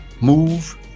move